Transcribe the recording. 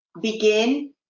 begin